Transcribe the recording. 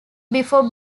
before